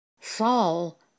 Saul